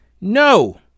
No